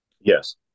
Yes